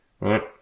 right